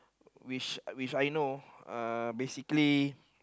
which which I know uh basically